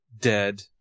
dead